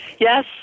Yes